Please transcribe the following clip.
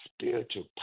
spiritual